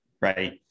right